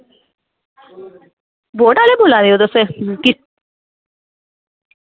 boat आह्ले बोल्ला दे ओ तुस किश्ती